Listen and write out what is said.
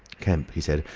kemp, he said,